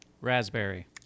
raspberry